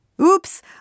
Oops